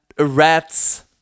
rat's